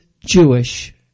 Jewish